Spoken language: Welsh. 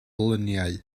luniau